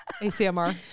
ACMR